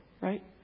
right